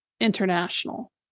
international